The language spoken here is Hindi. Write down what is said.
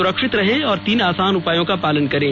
सुरक्षित रहें और तीन आसान उपायों का पालन करें